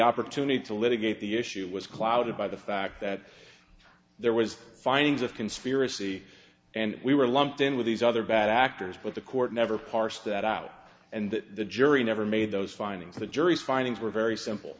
opportunity to litigate the issue was clouded by the fact that there was findings of conspiracy and we were lumped in with these other bad actors but the court never parse that out and the jury never made those findings the jury's findings were very simple